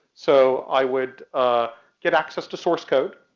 so i would get access to source code,